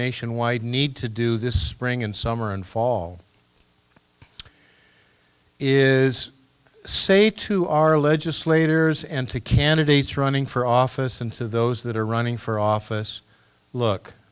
nationwide need to do this spring and summer and fall is say to our legislators and to candidates running for office and to those that are running for office look